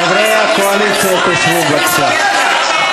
חברי הקואליציה, תשבו בבקשה.